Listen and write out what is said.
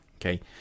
Okay